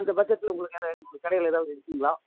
அந்த பட்ஜெட்டில் உங்களுக்கு ஏதா உங்கள் கடையில் ஏதாவது இருக்குதுங்களா